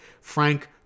Frank